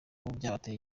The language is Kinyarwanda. byabateye